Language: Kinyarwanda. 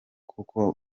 koko